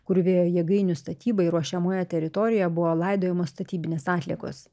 kur vėjo jėgainių statybai ruošiamoje teritorijoje buvo laidojamos statybinės atliekos